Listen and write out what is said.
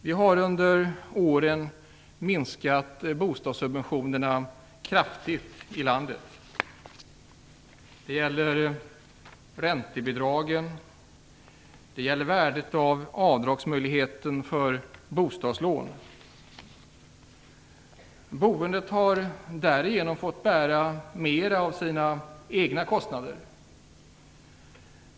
Vi har under åren minskat bostadssubventionerna kraftigt i landet. Det gäller räntebidragen. Det gäller möjligheten att göra avdrag för bostadslån. Boendet har därigenom fått bära mer av sina egna kostnader.